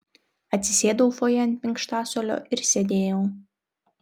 atsisėdau fojė ant minkštasuolio ir sėdėjau